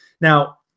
Now